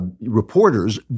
reporters